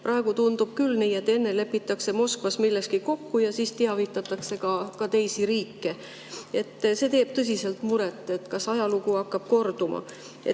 Praegu tundub küll nii, et enne lepitakse Moskvas milleski kokku ja siis teavitatakse ka teisi riike. See teeb tõsiselt muret, et kas ajalugu hakkab korduma.